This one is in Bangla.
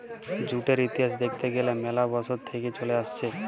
জুটের ইতিহাস দ্যাখতে গ্যালে ম্যালা বসর থেক্যে চলে আসছে